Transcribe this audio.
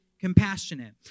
compassionate